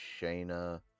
shayna